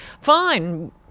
fine